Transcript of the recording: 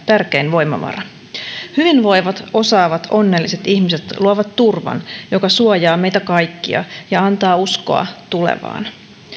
tärkein voimavara hyvinvoivat osaavat onnelliset ihmiset luovat turvan joka suojaa meitä kaikkia ja antaa uskoa tulevaan